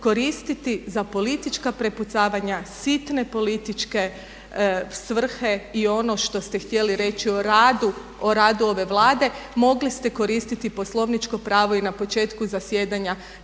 koristiti za politička prepucavanja sitne političke svrhe i ono što ste htjeli reći o radu ove Vlade mogli ste koristiti poslovničko pravo i na početku zasjedanja